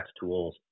tools